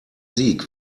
sieg